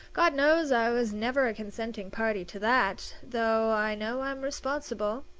god knows i was never a consenting party to that, though i know i'm responsible.